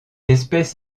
espèce